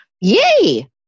Yay